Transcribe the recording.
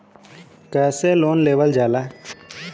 कैसे लोन लेवल जाला?